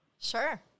Sure